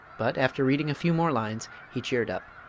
but, after reading a few more lines, he cheered up.